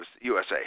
USA